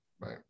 right